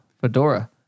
Fedora